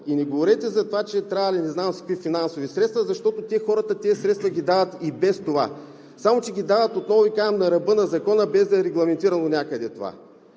И не говорете за това, че трябвали не знам си какви финансови средства, защото хората дават тези средства и без това. Само че ги дават, отново Ви казвам, на ръба на закона, без това да е регламентирано някъде.